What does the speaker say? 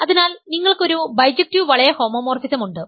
അതിനാൽ നിങ്ങൾക്ക് ഒരു ബൈജക്ടീവ് വളയ ഹോമോമോർഫിസം ഉണ്ട്